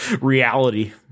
reality